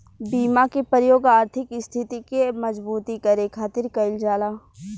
बीमा के प्रयोग आर्थिक स्थिति के मजबूती करे खातिर कईल जाला